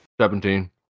Seventeen